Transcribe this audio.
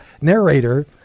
narrator